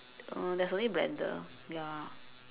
uh there's only blender ya